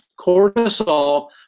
Cortisol